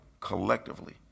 collectively